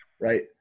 right